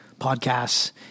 podcasts